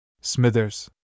Smithers